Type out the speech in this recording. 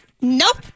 Nope